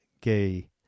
gay